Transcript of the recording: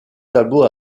tableau